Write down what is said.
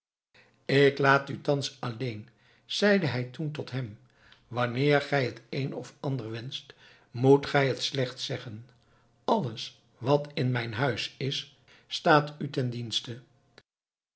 ik laat u thans alleen zeide hij toen tot hem wanneer gij het een of ander wenscht moet gij het slechts zeggen alles wat in mijn huis is staat u ten dienste